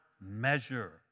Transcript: measure